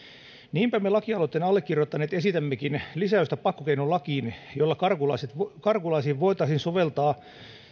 niinpä me lakialoitteen allekirjoittaneet esitämmekin pakkokeinolakiin lisäystä jolla karkulaisiin karkulaisiin voitaisiin soveltaa